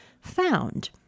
found